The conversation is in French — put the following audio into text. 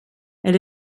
elle